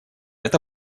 это